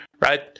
right